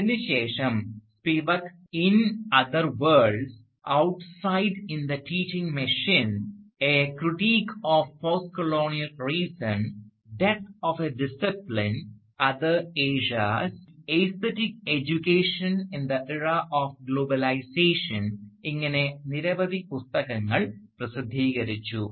അതിനു ശേഷം Spivak in other worlds outside in the teaching machine a critique of post colonial reason death of a discipline other Asia അടുത്തിടെ aesthetic education in the era of globalization ഇങ്ങനെ നിരവധി പുസ്തകങ്ങൾ പ്രസിദ്ധീകരിച്ചു